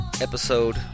episode